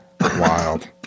Wild